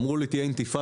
אמרו לי שתהיה אינתיפאדה.